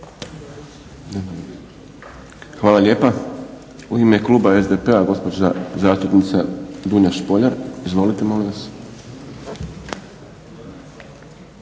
Hvala lijepa. U ime kluba SDP-a gospođa zastupnica Dunja Špoljar. Izvolite, molim vas.